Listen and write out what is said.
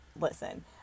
listen